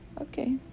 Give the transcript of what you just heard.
okay